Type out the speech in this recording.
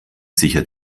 sicher